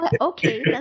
Okay